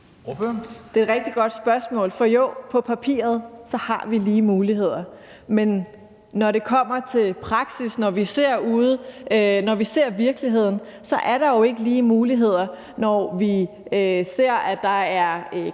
Det er et rigtig godt spørgsmål, for jo, på papiret har vi lige muligheder. Men når det kommer til praksis, og når vi ser virkeligheden, er der jo ikke lige muligheder. Vi ser, at der er